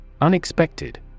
Unexpected